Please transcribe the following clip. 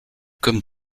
comme